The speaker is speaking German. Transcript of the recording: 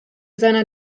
seiner